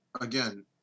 again